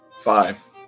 Five